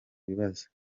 bibazo